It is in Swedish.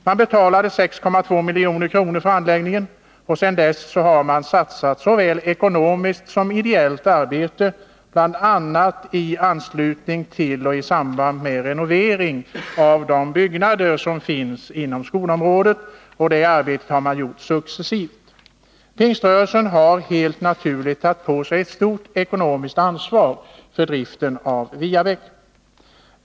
Man betalade 6,2 milj.kr. för anläggningen, och sedan dess har man satsat såväl ekonomiskt som ideellt arbete, bl.a. i samband med den renovering av byggnadsbeståndet som görs successivt. Pingströrelsen har helt naturligt tagit på sig ett stort ekonomiskt ansvar för driften av Viebäck.